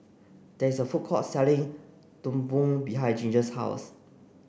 there is a food court selling Kuih Bom behind Ginger's house